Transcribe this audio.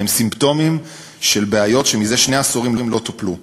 והם סימפטומים של בעיות שזה שני עשורים לא טופלו.